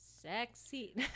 Sexy